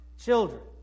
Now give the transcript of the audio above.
children